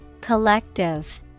Collective